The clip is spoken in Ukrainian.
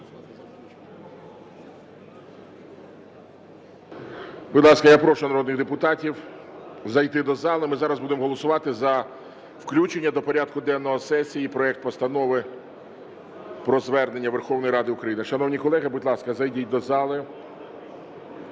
Будь ласка, я прошу народних депутатів зайти до зали, ми зараз будемо голосувати за включення до порядку денного сесії проекту Постанови про Звернення Верховної Ради України. Шановні колеги, будь ласка, зайдіть до зали.